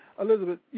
Elizabeth